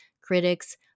critics